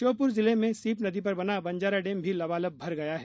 श्योपुर जिले में सीप नदी पर बना बंजारा डेम भी लबालब भर गया है